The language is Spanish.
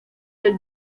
del